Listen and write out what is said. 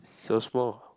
so small